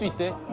did